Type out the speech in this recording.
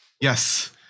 yes